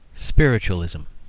spiritualism.